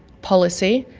policy,